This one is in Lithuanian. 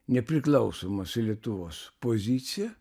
nepriklausomos lietuvos poziciją